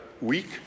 week